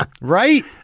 Right